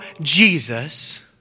Jesus